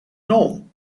norm